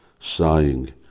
sighing